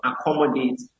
accommodate